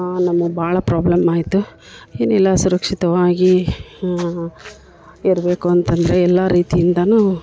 ನಮಗೆ ಭಾಳ ಪ್ರಾಬ್ಲಮ್ ಆಯಿತು ಏನು ಇಲ್ಲ ಸುರಕ್ಷಿತವಾಗಿ ಇರಬೇಕು ಅಂತಂದರೆ ಎಲ್ಲ ರೀತಿಯಿಂದಾನೂ